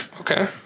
Okay